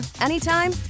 anytime